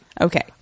Okay